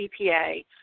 CPA